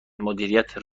مدیریت